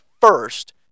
first